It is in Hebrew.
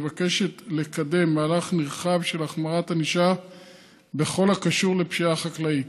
מבקשת לקדם מהלך נרחב של החמרת ענישה בכל הקשור לפשיעה חקלאית.